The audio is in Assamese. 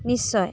নিশ্চয়